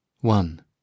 One